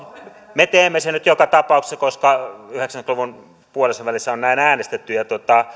me teemme sen nyt joka tapauksessa koska yhdeksänkymmentä luvun puolivälissä on näin äänestetty